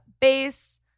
Base